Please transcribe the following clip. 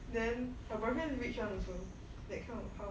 then a boyfriend rich and also that kind of house